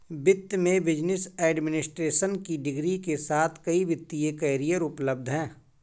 वित्त में business administration की डिग्री के साथ कई वित्तीय करियर उपलब्ध हैं